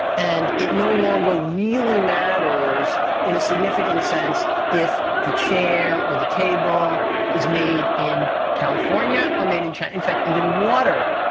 and it no longer really matters in a significant sense if the chair or the table is made in california or made in china. in fact, even water,